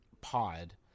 pod